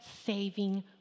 saving